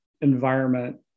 environment